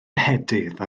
ehedydd